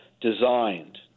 designed